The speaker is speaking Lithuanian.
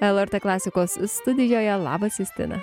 lrt klasikos studijoje labas justina